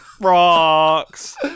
rocks